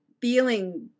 feeling